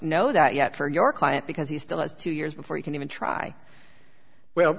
know that yet for your client because he still has two years before he can even try well